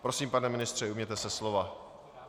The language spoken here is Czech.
Prosím, pane ministře, ujměte se slova.